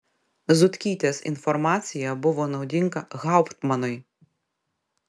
zutkytės informacija buvo naudinga hauptmanui